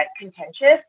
contentious